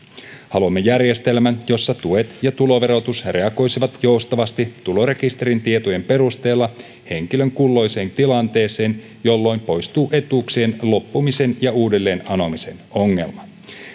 haluamme järjestelmän jossa tuet ja tuloverotus reagoisivat joustavasti tulorekisterin tietojen perusteella henkilön kulloiseenkin tilanteeseen jolloin poistuu etuuksien loppumisen ja uudelleen anomisen ongelma